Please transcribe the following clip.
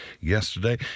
yesterday